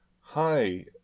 Hi